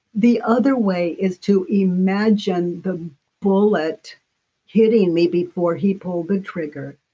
the other way is to imagine the bullet hitting me before he pulled the trigger,